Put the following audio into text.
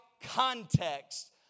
context